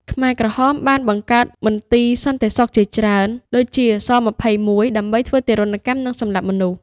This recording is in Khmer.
ខ្មែរក្រហមបានបង្កើតមន្ទីរសន្តិសុខជាច្រើន (ដូចជា ស-២១) ដើម្បីធ្វើទារុណកម្ម និងសម្លាប់មនុស្ស។